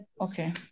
okay